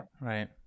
Right